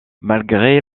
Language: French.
malgré